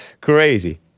Crazy